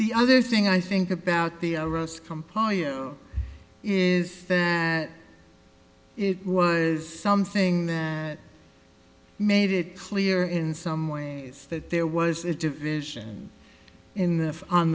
other thing i think about the rest comply is that it was something that made it clear in some ways that there was a division in the on